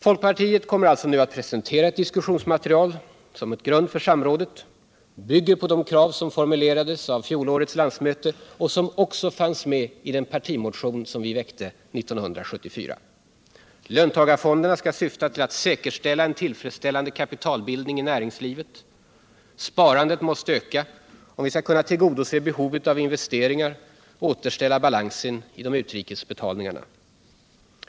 Folkpartiet kommer alltså nu att som en grund för vårt samråd presentera ett diskussionsmaterial som bygger på de krav som formulerades av fjolårets landsmöte och som också i huvudsak fanns med i den partimotion som vi väckte 1974. Löntagarfonderna skall syfta till att säkerställa en tillfredsställande kapitalbildning i näringslivet. Sparandet måste öka om vi skall kunna tillgodose behovet av investeringar och återställa balansen i utrikesbetalningarna.